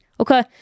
Okay